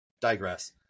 digress